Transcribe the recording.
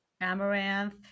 Amaranth